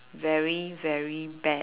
very very bad